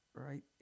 Right